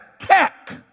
tech